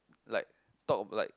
like like talk about like